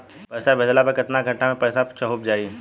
पैसा भेजला पर केतना घंटा मे पैसा चहुंप जाई?